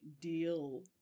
deal